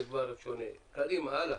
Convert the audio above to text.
בסעיף (6),